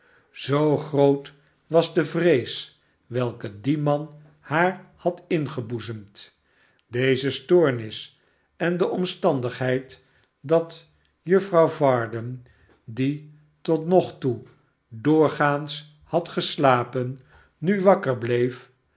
zoo groot was de vrees welke die man haar had ingeboezemd deze stoornis en de omstandigheid dat juffrouw varden die tot nog toe doorgaans had geslapen nu wakker bleef